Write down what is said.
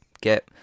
get